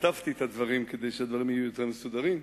כתבתי את הדברים כדי שהם יהיו יותר מסודרים.